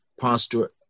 pastor